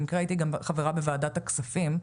במקרה הייתי חברה בוועדת הכספים,